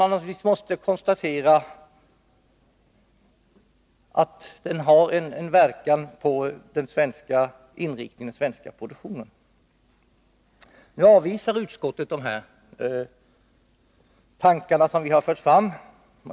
Man måste naturligtvis konstatera att detta har en verkan på inriktningen av den svenska produktionen. Utskottet avvisar de tankar som vi har fört fram.